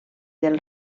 del